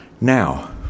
Now